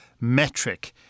metric